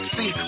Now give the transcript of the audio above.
See